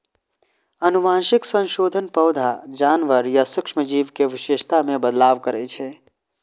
आनुवंशिक संशोधन पौधा, जानवर या सूक्ष्म जीव के विशेषता मे बदलाव करै छै